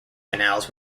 canals